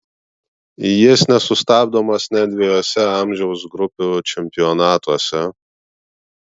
jis nesustabdomas net dviejuose amžiaus grupių čempionatuose